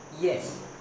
Yes